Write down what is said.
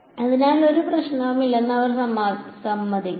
അതിനാൽ ഒരു പ്രശ്നവുമില്ലെന്ന് അവർ സമ്മതിക്കും